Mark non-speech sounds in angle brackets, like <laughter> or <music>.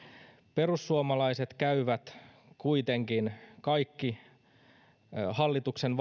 perussuomalaiset käyvät kuitenkin kaikki hallituksen <unintelligible>